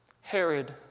Herod